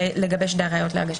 בחוק